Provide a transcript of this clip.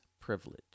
privilege